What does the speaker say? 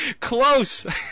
Close